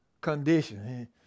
condition